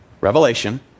Revelation